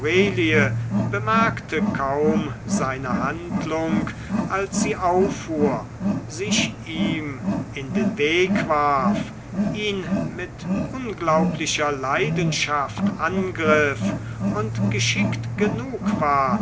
bemerkte kaum seine handlung als sie auffuhr sich ihm in den weg warf ihn mit unglaublicher leidenschaft angriff und geschickt genug war